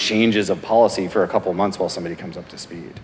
changes of policy for a couple months while somebody comes up to speed